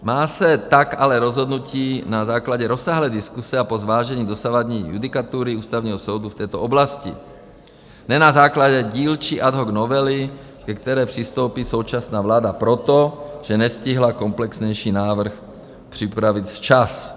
Má se tak ale rozhodnout na základě rozsáhlé diskuse a po zvážení dosavadní judikatury Ústavního soudu v této oblasti, ne na základě dílčí ad hoc novely, ke které přistoupí současná vláda proto, že nestihla komplexnější návrh připravit včas.